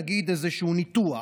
נגיד איזשהו ניתוח,